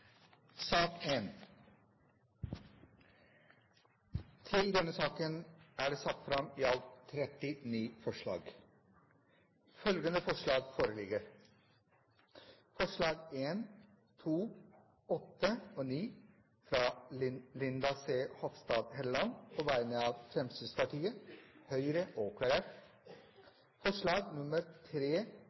er det satt fram i alt 39 forslag. Det er forslagene nr. 1, 2, 8 og 9, fra Linda C. Hofstad Helleland på vegne av Fremskrittspartiet, Høyre og